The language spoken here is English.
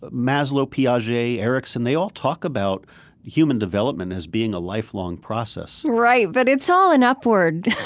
maslow, piaget, erikson, they all talk about human development as being a lifelong process right, but it's all an upward.